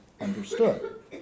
understood